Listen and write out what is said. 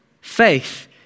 faith